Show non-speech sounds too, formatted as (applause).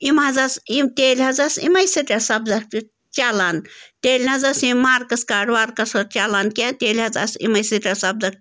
یِم حظ آسہٕ یِم تیٚلہِ حظ آسہٕ یِمَے سِٹیٹ سَبجَکٹ چلان تیٚلہِ نہٕ حظ ٲسی یِم مارکَس کارڈ وارکَس (unintelligible) چلان کیٚنہہ تیٚلہِ حظ آسہٕ یِمَے سِٹیٹ سَبجَکٹ